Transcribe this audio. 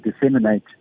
disseminate